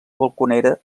balconera